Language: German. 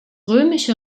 römische